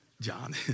John